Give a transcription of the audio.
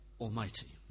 Almighty